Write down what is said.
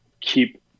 keep